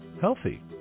healthy